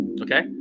okay